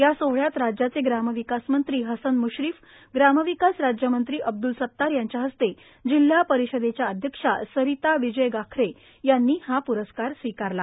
या सोहळ्यात राज्याचे ग्रामविकास मंत्री हसन म्श्रीफ ग्रामविकास राज्यमंत्री अब्दूल सत्तार यांच्या हस्ते जिल्हा परिषदच्या अध्यक्ष सरिता विजय गाखरे यांनी हा प्रस्कार स्वीकारला